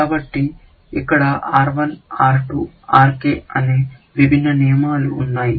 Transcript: కాబట్టి ఇక్కడ R1 R2 Rk అనే విభిన్న నియమాలు ఉన్నాయి